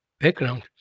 background